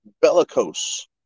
bellicose